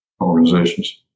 organizations